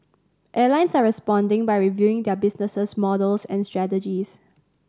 airlines are responding by reviewing their business models and strategies